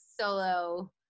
solo